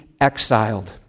exiled